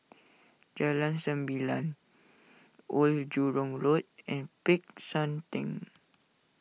Jalan Sembilang Old Jurong Road and Peck San theng